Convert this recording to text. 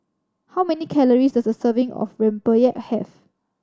how many calories does a serving of rempeyek have